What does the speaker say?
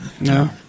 No